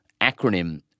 acronym